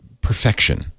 Perfection